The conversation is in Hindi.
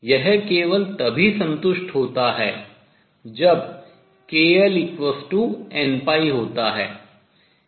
यह केवल तभी संतुष्ट होता है जब kLnπ होता है